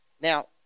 Now